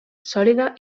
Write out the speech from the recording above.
sòlida